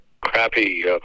crappy